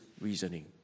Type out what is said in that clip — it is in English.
reasoning